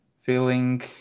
Feeling